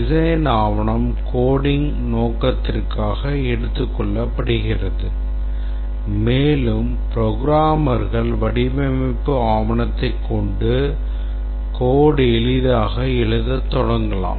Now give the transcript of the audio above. design ஆவணம் coding நோக்கத்திற்காக எடுத்துக் கொள்ளப்படுகிறது மேலும் புரோகிராமர்கள் வடிவமைப்பு ஆவணத்தை கொண்டு code எளிதாக எழுதத் தொடங்கலாம்